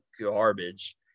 garbage